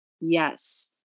Yes